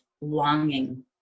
longing